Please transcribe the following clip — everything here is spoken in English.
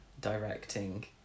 directing